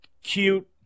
cute